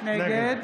נגד